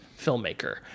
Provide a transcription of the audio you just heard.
filmmaker